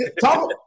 Talk